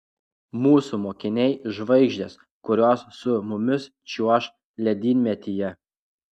mūsų mokiniai žvaigždės kurios su mumis čiuoš ledynmetyje